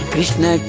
Krishna